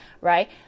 right